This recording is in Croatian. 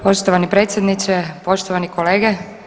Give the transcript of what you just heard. Poštovani predsjedniče, poštovani kolege.